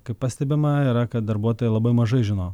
kaip pastebima yra kad darbuotojai labai mažai žino